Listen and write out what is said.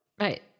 Right